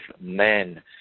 men